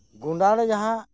ᱜᱚᱸᱰᱟᱨᱮ ᱡᱟᱦᱟᱸ